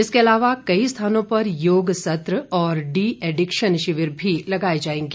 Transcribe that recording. इसके अलावा कई स्थानों पर योग सत्र और डी एडिक्शन शिविर भी लगाए जाएंगे